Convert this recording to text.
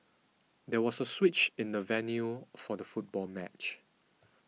there was a switch in the venue for the football match